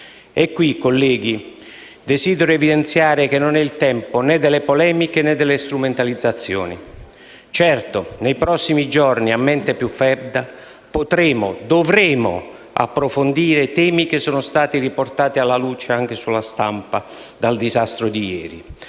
E qui, colleghi, desidero evidenziare che non è il tempo né delle polemiche né delle strumentalizzazioni. Certo, nei prossimi giorni e a mente più fredda, potremo e dovremo approfondire temi che sono stati riportati alla luce anche sulla stampa dal disastro di ieri,